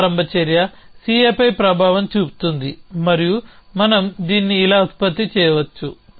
ఈ ప్రారంభ చర్య CAపై ప్రభావం చూపుతుంది మరియు మనం దీన్ని ఇలా ఉత్పత్తి చేయవచ్చు